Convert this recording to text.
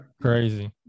Crazy